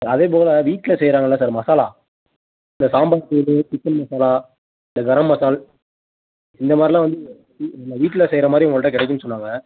அதே போல் வீட்டில் செய்கிறாங்கல்ல சார் மசாலா இந்த சாம்பார் செய்கிறது சிக்கன் மசாலா இந்த கரம் மசால் இந்த மாதிரில்லாம் வந்து வீட்டில் செய்கிற மாதிரி உங்கள்கிட்ட கிடைக்குன்னு சொன்னாங்க